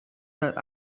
that